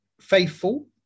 faithful